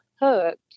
hooked